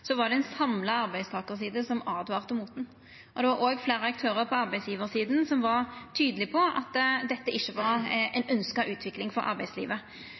var det ei samla arbeidstakarside som åtvara mot det. Det var òg fleire aktørar på arbeidsgjevarsida som var tydelege på at dette ikkje var ei ønskt utvikling for arbeidslivet.